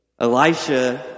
Elisha